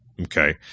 Okay